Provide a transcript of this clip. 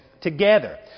together